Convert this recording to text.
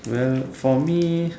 well for me